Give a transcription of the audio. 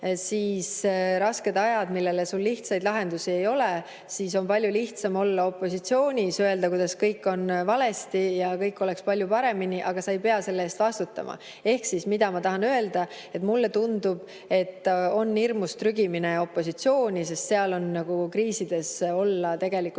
valimised –, millele lihtsaid lahendusi ei ole, siis on sul palju lihtsam olla opositsioonis, öelda, kuidas kõik on valesti ja kuidas kõik võiks olla palju paremini, aga sa ei pea selle eest vastutama. Ehk siis, mida ma tahan öelda? Mulle tundub, et on hirmus trügimine opositsiooni, sest seal on kriisides olla tegelikult